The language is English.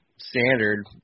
standard